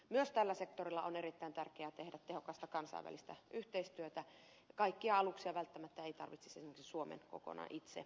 myös tällä sektorilla on erittäin tärkeää tehdä tehokasta kansainvälistä yhteistyötä ja kaikkia aluksia välttämättä ei tarvitsisi esimerkiksi suomen kokonaan itse omistaa